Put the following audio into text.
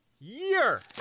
year